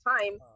time